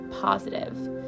positive